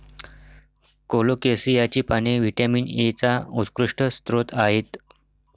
कोलोकेसियाची पाने व्हिटॅमिन एचा उत्कृष्ट स्रोत आहेत